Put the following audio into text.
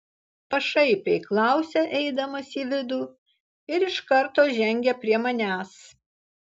pašaipiai klausia eidamas į vidų ir iš karto žengia prie manęs